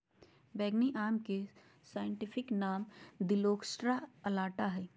बैंगनी आम के साइंटिफिक नाम दिओस्कोरेआ अलाटा हइ